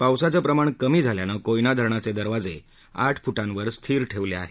पावसाचं प्रमाण कमी झाल्यानं कोयना धरणाचे दरवाजे आठ फ्टावर स्थिर ठेवले आहेत